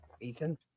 Ethan